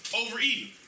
overeating